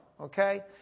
okay